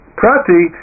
prati